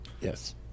Yes